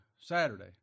Saturday